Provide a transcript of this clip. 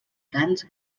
cants